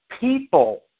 people